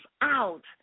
out